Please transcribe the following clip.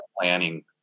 planning